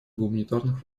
гуманитарных